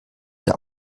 der